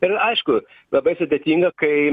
ir aišku labai sudėtinga kai